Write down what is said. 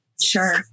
sure